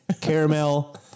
Caramel